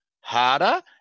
harder